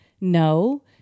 no